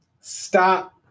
stop